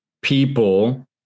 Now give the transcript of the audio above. people